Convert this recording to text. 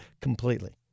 completely